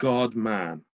God-Man